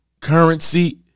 currency